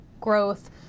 growth